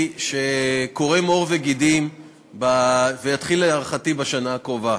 שקורם עור וגידים ויתחיל להערכתי בשנה הקרובה,